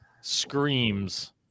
screams